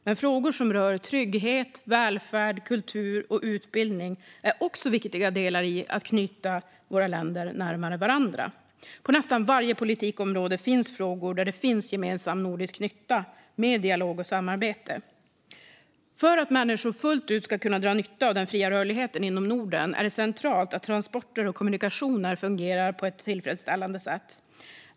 Men frågor som rör trygghet, välfärd, kultur och utbildning är också viktiga delar i att knyta våra länder närmare varandra. På nästan varje politikområde finns frågor där det finns gemensam nordisk nytta med dialog och samarbete. För att människor fullt ut ska kunna dra nytta av den fria rörligheten inom Norden är det centralt att transporter och kommunikationer fungerar på ett tillfredsställande sätt.